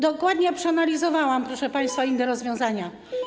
Dokładnie przeanalizowałam, proszę państwa, inne rozwiązania.